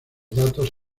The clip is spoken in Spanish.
datos